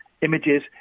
images